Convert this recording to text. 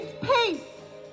peace